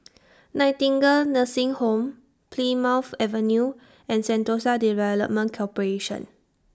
Nightingale Nursing Home Plymouth Avenue and Sentosa Development Corporation